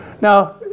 Now